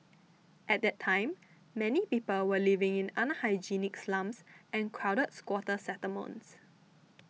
at that time many people were living in unhygienic slums and crowded squatter settlements